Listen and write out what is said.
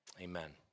Amen